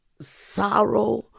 sorrow